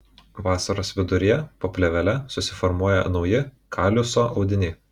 vasaros viduryje po plėvele susiformuoja nauji kaliuso audiniai